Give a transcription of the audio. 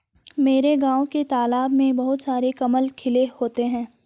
मेरे गांव के तालाब में बहुत सारे कमल खिले होते हैं